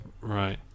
right